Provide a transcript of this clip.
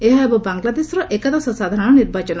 ଏହା ହେବ ବାଂଲାଦେଶର ଏକାଦଶ ସାଧାରଣ ନିର୍ବାଚନ